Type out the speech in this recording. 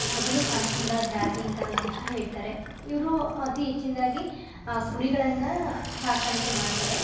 ಮೊದಲು ಕಾಣಿಸ್ಕೊಂಡ ಜಾತಿ ಅಂತಲೂ ಸಹ ಹೇಳ್ತಾರೆ ಇವರು ಅತಿ ಹೆಚ್ಚಿನ್ದಾಗಿ ಕುರಿಗಳನ್ನು ಸಾಗಾಣಿಕೆ ಮಾಡ್ತಾರೆ